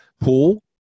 Pool